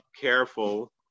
careful